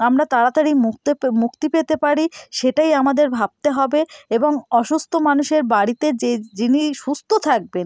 আমরা তাড়াতাড়ি মুক্ত পেতে মুক্তি পেতে পারি সেটাই আমাদের ভাবতে হবে এবং অসুস্থ মানুষের বাড়িতে যে যিনি সুস্থ থাকবেন